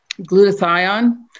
glutathione